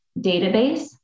Database